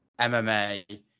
MMA